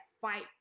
fight